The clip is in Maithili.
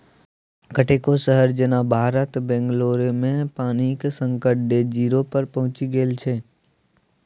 कतेको शहर जेना भारतक बंगलौरमे पानिक संकट डे जीरो पर पहुँचि गेल छै